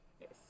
Yes